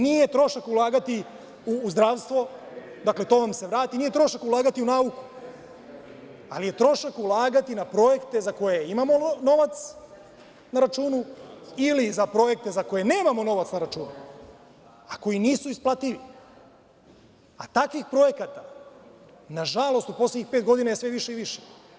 Nije trošak ulagati u zdravstvo, to vam se vrati, nije trošak ulagati u nauku, ali je trošak ulagati na projekte za koje imamo novac na računu ili za projekte za koje nemamo novac na računu, a koji nisu isplativi, a takvih projekata na žalost u poslednjih pet godina je sve više i više.